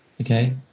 okay